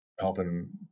helping